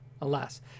Alas